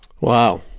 Wow